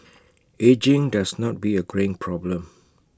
ageing does not be A greying problem